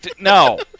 no